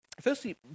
Firstly